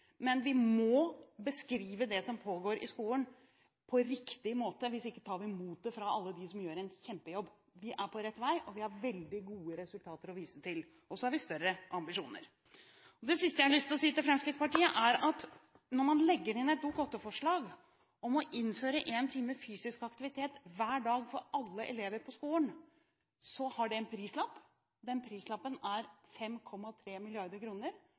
Men vi må beskrive det som pågår i skolen, på riktig måte. Hvis ikke tar vi motet fra alle dem som gjør en kjempejobb. Vi er på rett vei, og vi har veldig gode resultater å vise til. Og så har vi større ambisjoner. Det siste jeg har lyst til å si til Fremskrittspartiet, er at når man legger inn et Dokument nr. 8-forslag om å innføre en time fysisk aktivitet hver dag for alle elever på skolen, har det en prislapp. Den prislappen er på 5,3